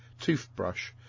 toothbrush